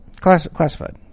Classified